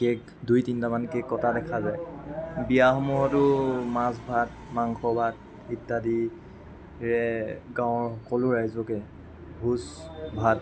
cake দুই তিনিটামান cake কটা দেখা যায় বিয়াসমূহতো মাছ ভাত মাংস ভাত ইত্যাদিৰে গাঁৱৰ সকলো ৰাইজকে ভোজ ভাত